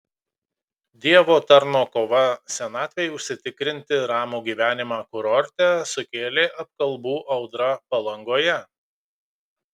dievo tarno kova senatvei užsitikrinti ramų gyvenimą kurorte sukėlė apkalbų audrą palangoje